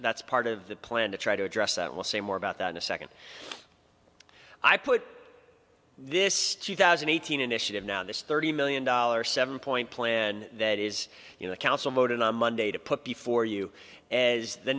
that's part of the plan to try to address that will say more about that in a second i put this two thousand and eighteen initiative now this thirty million dollars seven point plan that is you know the council voted on monday to put before you as the